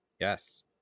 Yes